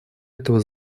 этого